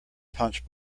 punch